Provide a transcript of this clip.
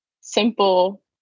simple